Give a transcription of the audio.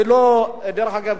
דרך אגב,